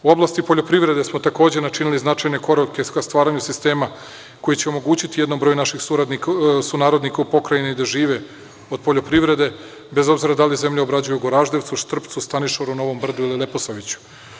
U oblasti poljoprivrede smo takođe načinili značajne korake ka stvaranju sistema koji će omogućiti jednom broju naših sunarodnika u Pokrajini da žive od poljoprivrede, bez obzira da li se zemlja obrađuje u Goraždevcu, Štrpcu, Stanišoru, Novom Brdu ili Leposaviću.